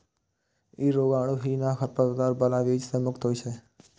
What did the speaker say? ई रोगाणुहीन आ खरपतवार बला बीज सं मुक्त होइ छै